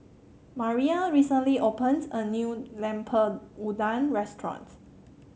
Maria recently opened a new Lemper Udang Restaurant